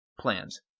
plans